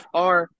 FR